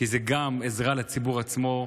כי זה גם עזרה לציבור עצמו,